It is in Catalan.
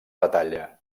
batalla